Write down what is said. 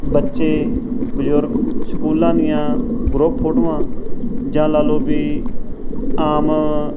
ਬੱਚੇ ਬਜ਼ੁਰਗ ਸਕੂਲਾਂ ਦੀਆਂ ਗਰੁੱਪ ਫੋਟੋਆਂ ਜਾਂ ਲਾ ਲਓ ਵੀ ਆਮ